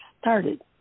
started